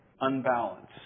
unbalanced